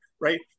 right